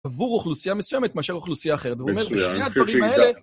עבור אוכלוסייה מסוימת מאשר אוכלוסייה אחרת. ואומר, בשני הדברים האלה...